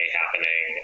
happening